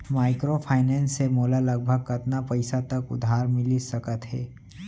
Microfinance से मोला लगभग कतना पइसा तक उधार मिलिस सकत हे?